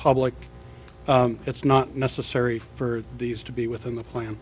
public it's not necessary for these to be within the plan